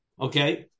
Okay